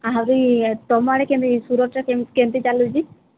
ଆହୁରି ତୁମ ଆଡ଼େ କେମିତି ସୁରଟ୍ରେ କେମିତି ଚାଲୁଛି